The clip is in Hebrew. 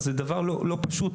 וזה דבר לא פשוט,